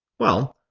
well,